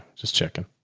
just checking.